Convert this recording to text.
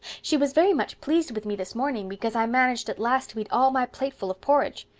she was very much pleased with me this morning because i managed at last to eat all my plateful of porridge.